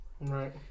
right